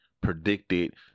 predicted